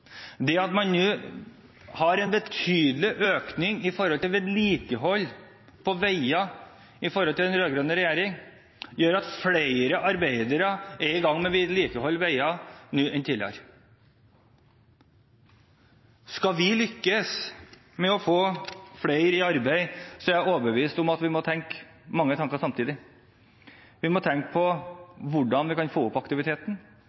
Det at man nå har en betydelig økning i vedlikehold av veier i forhold til den rød-grønne regjeringen, gjør at flere arbeidere er i gang med å vedlikeholde veier nå enn tidligere. Skal vi lykkes med å få flere i arbeid, er jeg overbevist om at vi må tenke mange tanker samtidig. Vi må tenke på hvordan vi kan få opp aktiviteten.